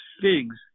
figs